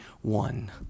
one